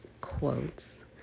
quotes